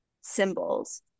symbols